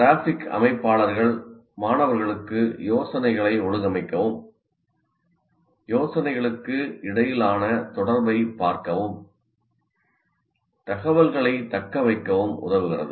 graphic அமைப்பாளர்கள் மாணவர்களுக்கு யோசனைகளை ஒழுங்கமைக்கவும் யோசனைகளுக்கு இடையிலான தொடர்பைப் பார்க்கவும் தகவல்களைத் தக்கவைக்கவும் உதவுகிறது